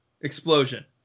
Explosion